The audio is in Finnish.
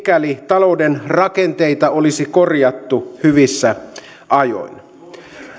mikäli talouden rakenteita olisi korjattu hyvissä ajoin